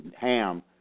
Ham